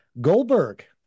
goldberg